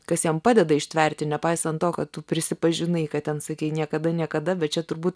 kas jiem padeda ištverti nepaisant to kad tu prisipažinai kad ten sakei niekada niekada bet čia turbūt